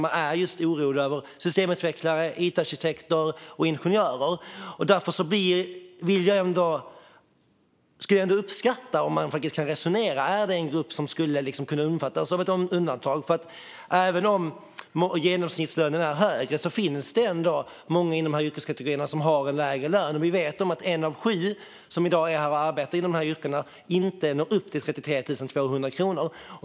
Man är orolig över systemutvecklare, it-arkitekter och ingenjörer. Därför skulle jag uppskatta om man kan resonera om det. Är detta en grupp som skulle kunna omfattas av ett undantag? Även om genomsnittslönen är högre finns det många inom dessa yrkeskategorier som har en lägre lön. Och vi vet att en av sju som i dag är här och arbetar inom dessa yrken inte når upp till 33 200 kronor.